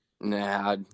Nah